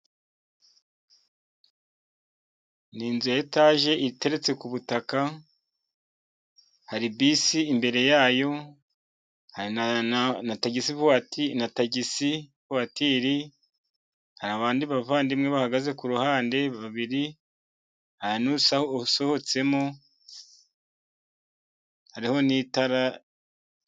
Ni inzu ya etaje iteretse ku butaka, hari bisi imbere yayo hari na tagisivuwatire na tagisi vuwatiri, hari abandi bavandimwe bahagaze ku ruhande babiri, hari n'usohotsemo hariho n'itara.